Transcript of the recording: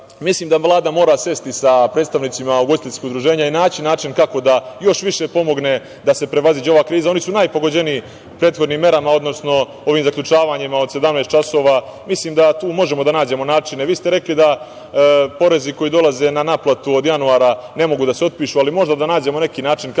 Mislim da Vlada mora sesti sa predstavnicima ugostiteljskih udruženja i naći način kako da još više pomogne da se prevaziđe ova kriza. Oni su najpogođeniji prethodnim merama, odnosno ovim zaključavanjima od 17 časova. Mislim da tu možemo da nađemo načine. Vi ste rekli da porezi koji dolaze na naplatu od januara ne mogu da se otpišu, ali možda da nađemo neki način kako da eventualno